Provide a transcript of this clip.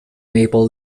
maple